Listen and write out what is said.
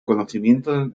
conocimiento